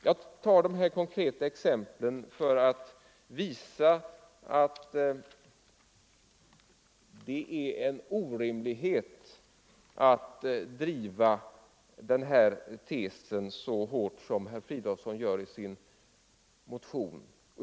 Jag tar de här konkreta exemplen för att visa att det är en orimlighet att driva den här tesen så hårt som herr Fridolfsson gör i sin motion.